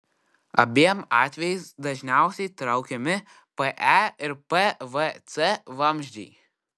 abiem atvejais dažniausiai traukiami pe ir pvc vamzdžiai